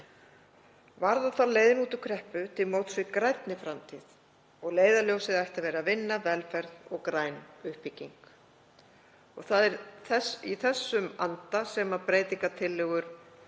Varða þarf leiðina út úr atvinnukreppu til móts við grænni framtíð. Leiðarljósið ætti að vera vinna, velferð og græn uppbygging. Það er í þessum anda sem breytingartillögur